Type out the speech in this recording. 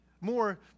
more